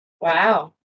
Wow